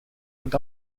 but